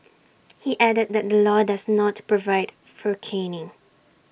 he added that the law does not provide for caning